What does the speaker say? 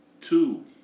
Two